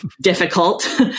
difficult